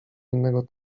innego